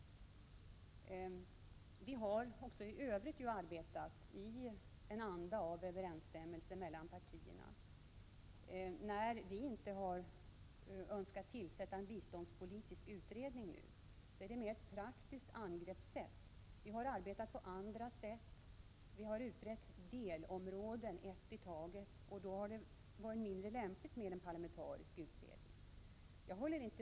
Vi har även i övrigt arbetat i en anda av överensstämmelse mellan partierna. Att vi inte har önskat tillsätta en biståndspolitisk utredning är ett mera praktiskt angreppssätt. Vi har arbetat på andra vis. Vi har utrett delområden ett i taget, och då har det varit mindre lämpligt med en parlamentarisk utredning.